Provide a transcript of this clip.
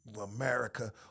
America